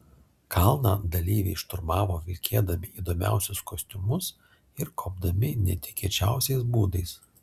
kalną dalyviai šturmavo vilkėdami įdomiausius kostiumus ir kopdami netikėčiausiais būdais